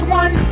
one